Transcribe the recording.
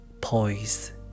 poise